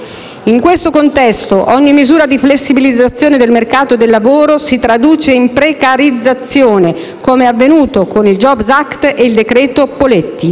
In questo contesto, ogni misura di flessibilizzazione del mercato del lavoro si traduce in una precarizzazione, come è avvenuto con il *jobs act* e con il decreto Poletti.